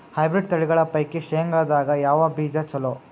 Hybrid ತಳಿಗಳ ಪೈಕಿ ಶೇಂಗದಾಗ ಯಾವ ಬೀಜ ಚಲೋ?